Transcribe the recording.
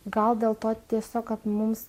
gal dėl to tiesiog kad mums